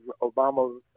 Obama